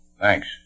Thanks